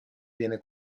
viene